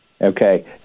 okay